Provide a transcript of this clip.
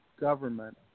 government